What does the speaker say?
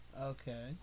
Okay